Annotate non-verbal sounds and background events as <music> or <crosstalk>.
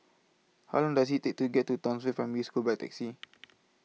How Long Does IT Take to get to Townsville Primary School By Taxi <noise>